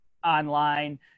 online